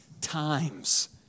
times